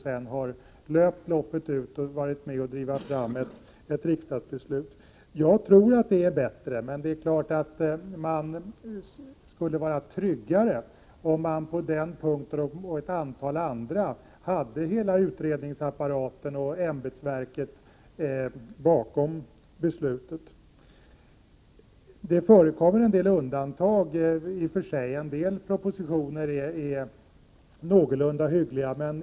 Sedan har vi löpt loppet ut och varit med om att driva fram ett riksdagsbeslut. Man skulle naturligtvis vara tryggare, om man på den punkten och på ett antal andra punkter hade hela utredningsapparaten och ämbetsverket bakom beslutet. Det förekommer en del undantag i och för sig. En del propositioner är någorlunda hyggliga.